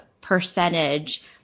percentage